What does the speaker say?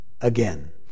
again